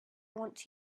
want